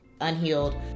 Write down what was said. Unhealed